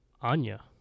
Anya